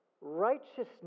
righteousness